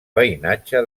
veïnatge